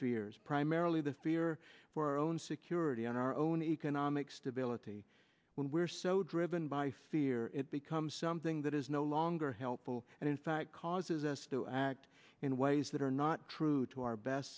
fear primarily the fear for our own security and our own economic stability when we're so driven by fear it becomes something that is no longer helpful and in fact causes us to act in ways that are not true to our best